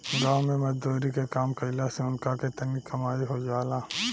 गाँव मे मजदुरी के काम कईला से उनका के तनी कमाई हो जाला